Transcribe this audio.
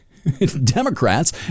Democrats